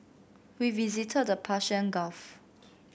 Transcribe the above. we visited the Persian Gulf